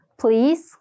Please